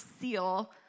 seal